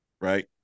right